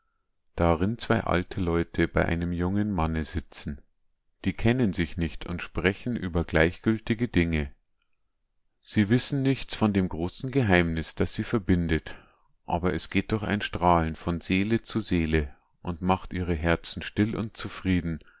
darin zwei alte leute bei einem jungen manne sitzen die kennen sich nicht und sprechen über gleichgültige dinge sie wissen nichts von dem großen geheimnis das sie verbindet aber es geht doch ein strahlen von seele zu seele und machte ihre herzen still und zufrieden